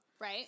Right